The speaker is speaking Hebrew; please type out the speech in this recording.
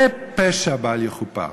זה פשע בל-יכופר.